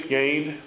gained